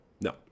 No